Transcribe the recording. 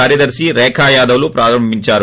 కార్యదర్ని రేఖాయాదవ్ లు ప్రారంభించారు